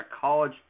college